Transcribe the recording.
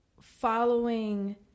following